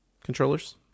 controllers